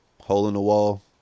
hole-in-the-wall